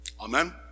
Amen